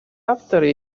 авторы